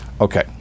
Okay